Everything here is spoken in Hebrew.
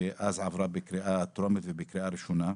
שאז עבר בקריאה טרומית ובקריאה ראשונה.